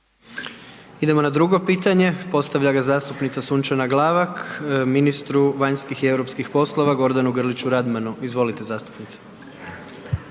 Idemo na drugo pitanje. Postavlja ga zastupnica Sunčana Glavak, ministru vanjskih i europskih poslova Gordanu Grliću Radmanu. Izvolite zastupnice.